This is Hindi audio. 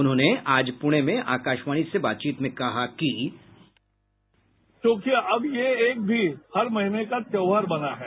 उन्होंने आज पुणे में आकाशवाणी से बातचीत में कहा कि बाईट जावडेकर क्योंकि अब ये एक भी हर महीने का त्यौहार बना है